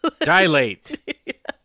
dilate